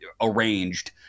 arranged